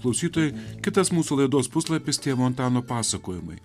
klausytojai kitas mūsų laidos puslapis tėvo antano pasakojimai